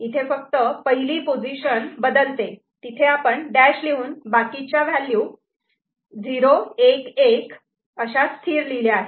इथे फक्त पहिली पोझिशन बदलते तिथे आपण डॅश लिहून बाकीच्या व्हॅल्यू 0 1 1 अशा स्थिर लिहिल्या आहेत